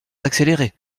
d’accélérer